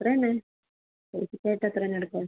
അത്രതന്നെ അത്ര തന്നെ എടുക്കുക